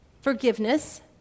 forgiveness